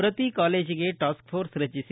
ಪ್ರತಿ ಕಾಲೇಜಿಗೆ task force ರಚಿಸಿ